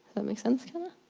that make sense kinda?